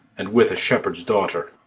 and with a shepherd's daughter.